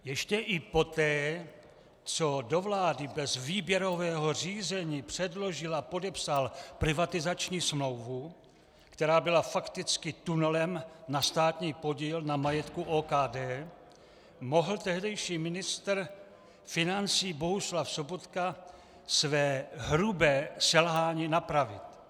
Ještě i poté, co do vlády bez výběrového řízení předložil a podepsal privatizační smlouvu, která byla fakticky tunelem na státní podíl na majetku OKD, mohl tehdejší ministr financí Bohuslav Sobotka své hrubé selhání napravit.